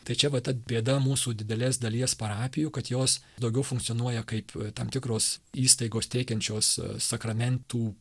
tai čia vat ta bėda mūsų didelės dalies parapijų kad jos daugiau funkcionuoja kaip tam tikros įstaigos teikiančios sakramentų